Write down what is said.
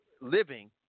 living